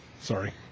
Sorry